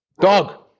Dog